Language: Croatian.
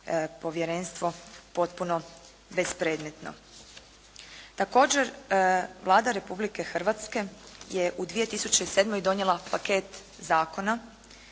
povjerenstvo potpuno bespredmetno. Također, Vlada Republike Hrvatske je u 2007. donijela paket zakona